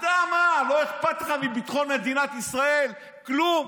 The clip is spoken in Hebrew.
אתה מה, לא אכפת לך מביטחון מדינת ישראל כלום?